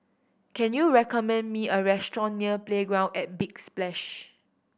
can you recommend me a restaurant near Playground at Big Splash